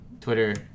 Twitter